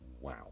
wow